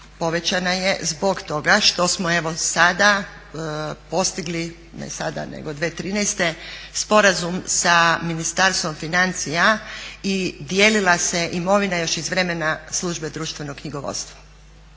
povećana je zbog toga što smo evo sada postigli, ne sada nego 2013. sporazum sa Ministarstvom financija i dijelila se imovina još iz vremena službe društvenog knjigovodstva.